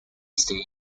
stay